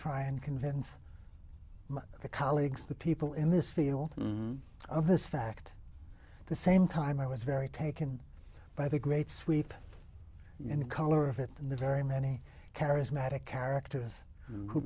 try and convince my colleagues the people in this field of this fact the same time i was very taken by the great sweep and color of it and the very many charismatic characters who